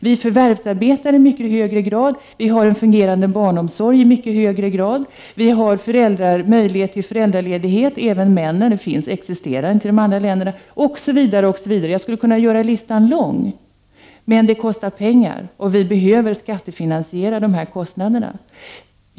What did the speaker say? Vi förvärvarsarbetar i mycket högre grad, vi har en fungerande barnomsorg i mycket högre grad, vi har möjlighet till föräldraledighet — även för männen, vilket inte existerar i de andra länderna — osv. Jag skulle kunna göra listan lång. Men det kostar pengar, och vi behöver skattefinansiera dessa kostnader.